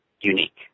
unique